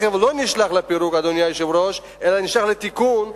הרכב לא נשלח לפירוק אלא נשלח לתיקון.